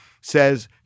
says